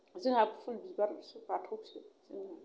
जोंहा फुल बिबारसो बाथौसो जोङो